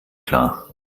klar